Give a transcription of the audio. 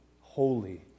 holy